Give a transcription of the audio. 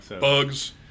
bugs